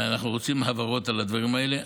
ואנחנו רוצים הבהרות על הדברים האלה.